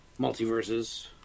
multiverses